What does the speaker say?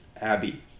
Abby